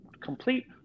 complete